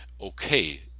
okay